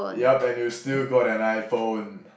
yup and you still got an iPhone